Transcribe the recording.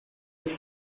êtes